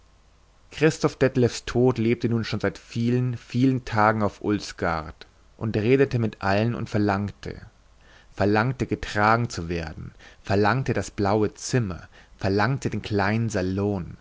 christoph detlevs tod lebte nun schon seit vielen vielen tagen auf ulsgaard und redete mit allen und verlangte verlangte getragen zu werden verlangte das blaue zimmer verlangte den kleinen salon